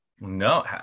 No